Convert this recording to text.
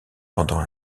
pendant